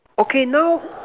okay now